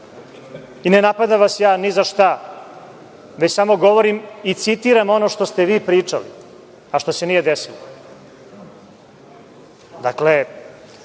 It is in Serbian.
napadam vas ja ni za šta, već samo govorim i citiram ono što ste vi pričali, a što se nije desilo.